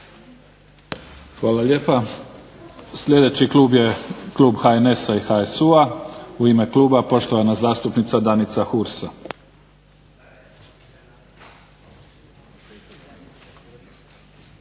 Hvala lijepa. Sljedeći klub je klub HNS-HSU-a, u ime kluba poštovana zastupnica Danica Hursa.